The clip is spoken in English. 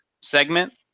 segment